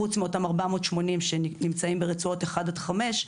חוץ מאותם 480 שנמצאים ברצועות אחת עד חמש,